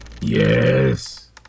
Yes